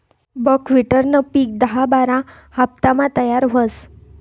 बकव्हिटनं पिक दहा बारा हाफतामा तयार व्हस